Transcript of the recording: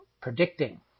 predicting